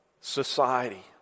society